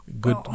good